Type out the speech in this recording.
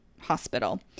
hospital